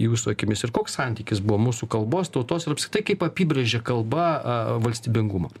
į jūsų akimis ir koks santykis buvo mūsų kalbos tautos ir apskritai kaip apibrėžia kalba valstybingumą